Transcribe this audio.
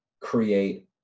create